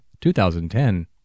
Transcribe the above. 2010